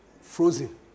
frozen